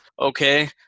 okay